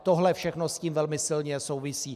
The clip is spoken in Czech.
Tohle všechno s tím velmi silně souvisí.